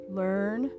learn